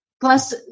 plus